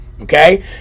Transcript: Okay